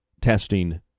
testing